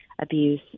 abuse